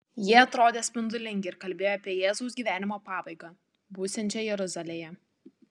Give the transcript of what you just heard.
jie atrodė spindulingi ir kalbėjo apie jėzaus gyvenimo pabaigą būsiančią jeruzalėje